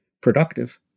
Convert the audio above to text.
productive